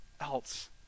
else